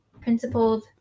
principled